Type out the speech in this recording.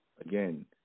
again